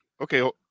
Okay